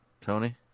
Tony